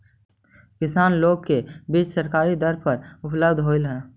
किसान लोग के बीज सरकारी दर पर उपलब्ध होवऽ हई